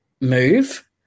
move